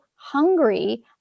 hungry